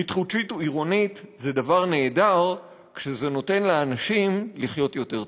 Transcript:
התחדשות עירונית זה דבר נהדר כשזה נותן לאנשים לחיות יותר טוב.